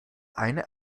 eine